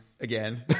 again